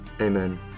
Amen